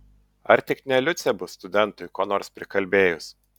ar tik ne liucė bus studentui ko nors prikalbėjus